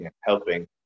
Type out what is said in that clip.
helping